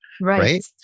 right